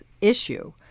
issue